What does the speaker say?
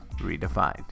Redefined